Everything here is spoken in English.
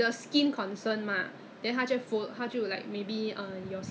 他的 toner inside 他的 toner inside have a bit of gold flakes 的 leh 你懂吗